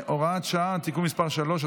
הוראת שעה) (תיקון מס' 3),